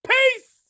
Peace